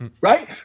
right